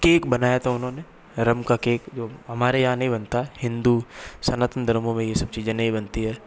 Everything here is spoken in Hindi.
केक बनाया था उन्होंने रम का केक जो हमारे यहाँ नहीं बनता हिंदू सनातन धर्मों में ये सब चीज़ें नहीं बनती हैं